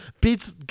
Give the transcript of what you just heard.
beats